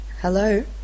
Hello